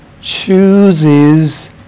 chooses